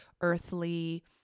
earthly